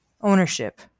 Ownership